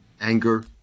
Anger